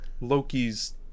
Loki's